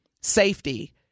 safety